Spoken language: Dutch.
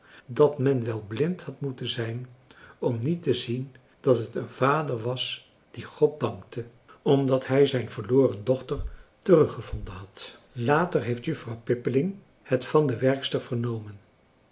dat men wel blind had moeten zijn om niet te zien dat het een vader was die god dankte omdat hij zijn verloren dochter teruggevonden had later heeft juffrouw pippeling het van de werkster vernomen